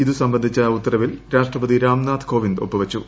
ഇത് സംബന്ധിച്ച ഉത്തരവിൽ രാഷ്ട്രപതി രാംനാഥ് കോവിന്ദ് ഒപ്പുവച്ചു